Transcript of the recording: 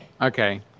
Okay